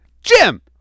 Jim